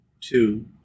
two